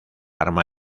arma